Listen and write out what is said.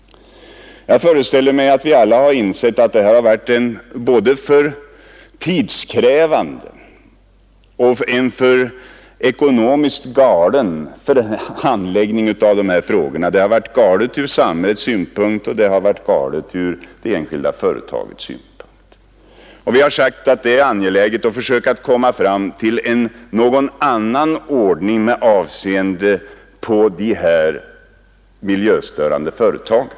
Jag föreställer mig att vi alla har insett att detta har varit en både alltför tidskrävande och ekonomiskt alltför galen handläggning av frågorna. Den har varit galen ur samhällets synpunkt, och den har varit galen ur det enskilda företagets synpunkt. Vi har sagt oss att det är angeläget att försöka komma fram till någon annan ordning med avseende på de miljöstörande företagen.